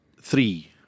three